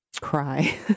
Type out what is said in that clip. Cry